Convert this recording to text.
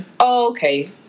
okay